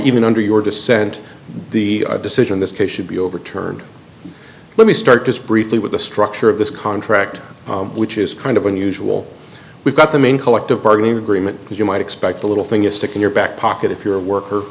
even under your dissent the decision this case should be overturned let me start just briefly with the structure of this contract which is kind of unusual we've got the main collective bargaining agreement as you might expect a little thing a stick in your back pocket if you're a worker